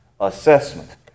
assessment